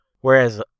Whereas